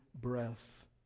breath